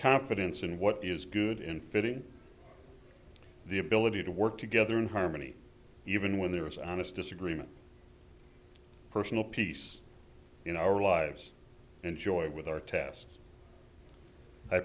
confidence in what is good in fitting the ability to work together in harmony even when there is honest disagreement personal peace in our lives and joy with our task i